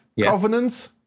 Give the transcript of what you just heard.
covenants